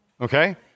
okay